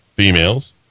Females